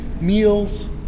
meals